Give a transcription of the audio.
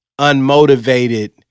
unmotivated